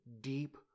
deep